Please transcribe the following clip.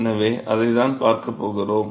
எனவே அதைத்தான் பார்க்கப் போகிறோம்